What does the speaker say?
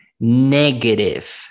negative